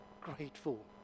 grateful